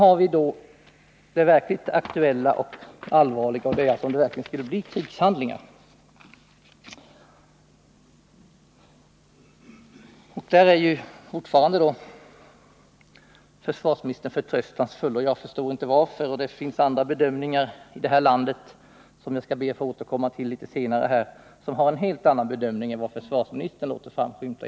När det gäller den verkligt allvarliga situationen att krigshandlingar skulle uppstå — här är vår försvarsminister fortfarande förtröstansfull; jag förstår inte varför — finns helt andra bedömningar i vårt land än de som försvarsministern låter framskymta i interpellationssvaret. Jag skall be att få återkomma till detta litet senare.